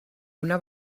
una